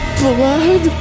blood